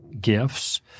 gifts —